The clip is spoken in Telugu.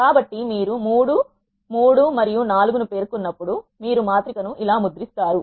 కాబట్టి మీరు 3 3 మరియు 4 ను పేర్కొన్నప్పుడు మీరు మాత్రిక ను ఇలా ముద్రిస్తారు